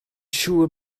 siŵr